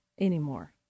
anymore